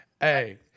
Hey